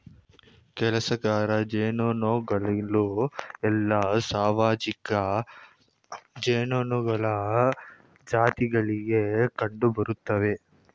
ಕೆಲಸಗಾರ ಜೇನುನೊಣಗಳು ಎಲ್ಲಾ ಸಾಮಾಜಿಕ ಜೇನುನೊಣಗಳ ಜಾತಿಗಳಲ್ಲಿ ಕಂಡುಬರ್ತ್ತವೆ